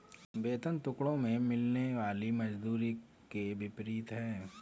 वेतन टुकड़ों में मिलने वाली मजदूरी के विपरीत है